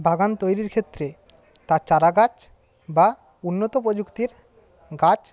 বাগান তৈরির ক্ষেত্রে তার চারা গাছ বা উন্নত প্রযুক্তির গাছ